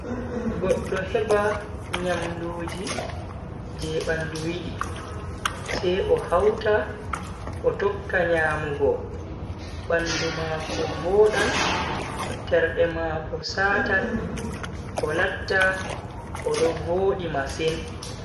Goddo heba nyamduji je bandu yidi, sai ohauta o tokka nyamugo bandu mako vodan, terde mako satan o latta o do vodi masin.